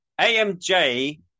AMJ